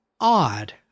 odd